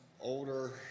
older